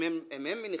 אם אני גם מניח,